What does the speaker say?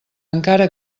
encara